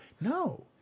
no